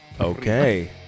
Okay